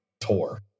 tour